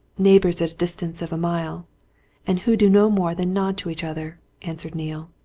neighbours at a distance of a mile and who do no more than nod to each other, answered neale.